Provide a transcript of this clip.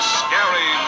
scary